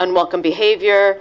unwelcome behavior